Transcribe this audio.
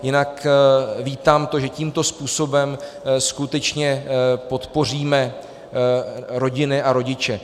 Jinak vítám to, že tímto způsobem skutečně podpoříme rodiny a rodiče.